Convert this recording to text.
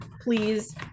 please